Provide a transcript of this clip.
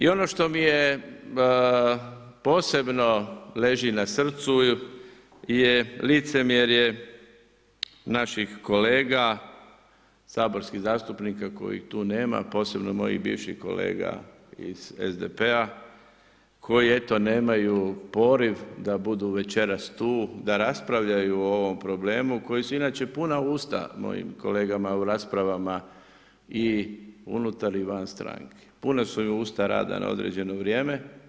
I ono što mi je posebno leži na srcu je licemjerje naših kolega, saborskih zastupnika kojih tu nema, posebno mojih bivših kolega iz SDP-a koji eto nemaju poriv da budu večeras tu, da raspravljaju o ovom problemu kojim su inače puna usta, mojim kolegama, u raspravama i unutar i van stranke, puna su im usta rada na određeno vrijeme.